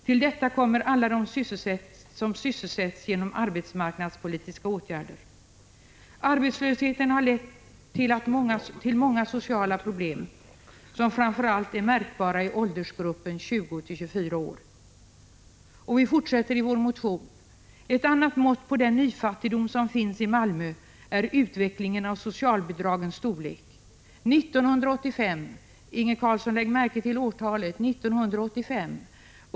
Till detta kom alla de som sysselsätts genom arbetsmarknadspolitiska åtgärder.” Arbetslösheten har lett till många sociala problem, som framför allt är märkbara i åldersgruppen 20-24 år. 65 Vi fortsätter i vår motion: ”Ett annat mått på den nyfattigdom som finns i Malmö är utvecklingen av socialbidragens storlek. 1985” — lägg märke till årtalet, Inge Carlsson!